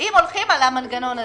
אם הולכים על המנגנון הזה.